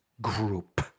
group